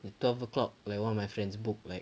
then twelve O'clock like one of my friends booked like